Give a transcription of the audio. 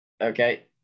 Okay